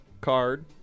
card